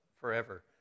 forever